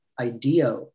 idea